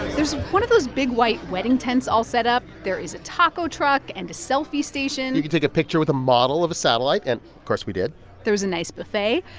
there's one of those big, white wedding tents all set up. there is a taco truck and a selfie station you can take a picture with a model of a satellite. and, of course, we did there's a nice buffet.